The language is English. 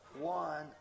one